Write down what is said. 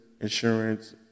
insurance